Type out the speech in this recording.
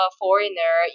foreigner